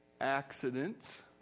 accidents